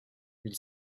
ville